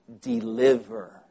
deliver